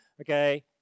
Okay